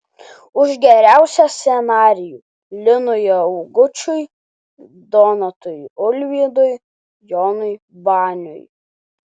už geriausią scenarijų linui augučiui donatui ulvydui jonui baniui